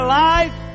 life